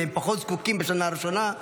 הם פחות זקוקים בשנה הראשונה,